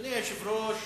אדוני היושב-ראש,